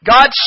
God